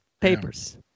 Papers